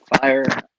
fire